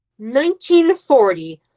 1940